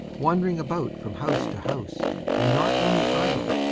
wandering about from house to house and not only idle,